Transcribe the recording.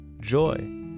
joy